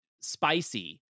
spicy